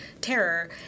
terror